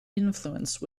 influence